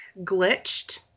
Glitched